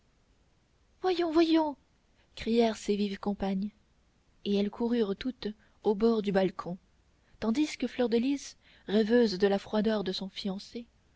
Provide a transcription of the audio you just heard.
voyons voyons crièrent ses vives compagnes et elles coururent toutes au bord du balcon tandis que fleur de lys rêveuse de la froideur de son fiancé